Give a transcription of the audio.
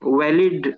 valid